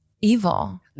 evil